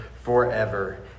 forever